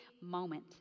moment